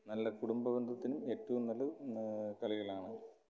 നല്ല കുടുംബബന്ധത്തിനും ഏറ്റവും നല്ലത് കളികളാണ്